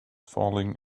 falling